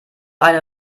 eine